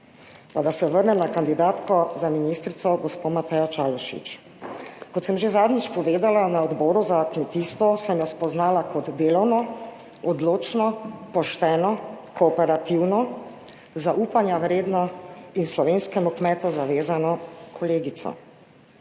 Pa da se vrnem na kandidatko za ministrico, gospo Matejo Čalušić Kot sem že zadnjič povedala na Odboru za kmetijstvo, sem jo spoznala kot delovno, odločno, pošteno, kooperativno, zaupanja vredno in slovenskemu kmetu zavezano kolegico.